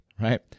right